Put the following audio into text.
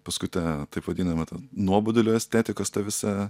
paskui ta taip vadinama ta nuobodulio estetikos ta visa